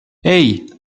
hey